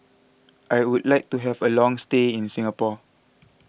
I would like to have a long stay in Singapore